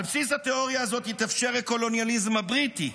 על בסיס התיאוריה הזאת התאפשר הקולוניאליזם הבריטי,